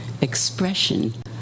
expression